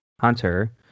Hunter